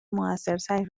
موثرتری